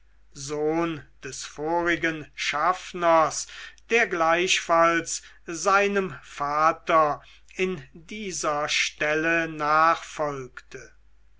sohn des vorigen schaffners der gleichfalls seinem vater in dieser stelle